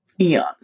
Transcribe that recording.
eons